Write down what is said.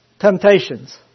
Temptations